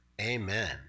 Amen